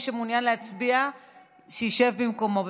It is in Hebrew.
מי שמעוניין להצביע שישב במקומו,